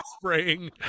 spraying